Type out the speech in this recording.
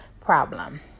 problem